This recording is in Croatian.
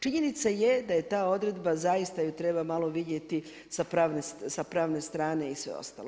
Činjenica je da je ta odredba zaista ju treba malo vidjeti sa pravne strane i sve ostalo.